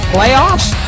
Playoffs